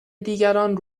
دیگران